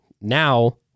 now